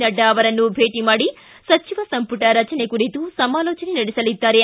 ನಡ್ಡಾ ಅವರನ್ನು ಭೇಟ ಮಾಡಿ ಸಚಿವ ಸಂಪುಟ ರಚನೆ ಕುರಿತು ಸಮಾಲೋಚನೆ ನಡೆಸಲಿದ್ದಾರೆ